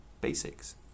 basics